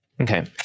Okay